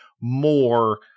more